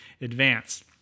advance